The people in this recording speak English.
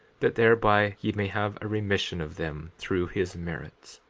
that thereby ye may have a remission of them through his merits.